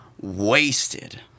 wasted